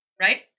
right